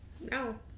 No